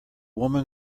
woman